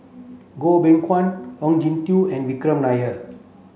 Goh Beng Kwan Ong Jin Teong and Vikram Nair